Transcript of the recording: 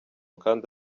kandi